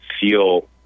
feel